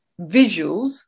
visuals